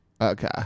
Okay